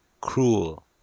cruel